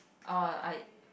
orh I